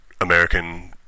American